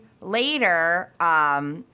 later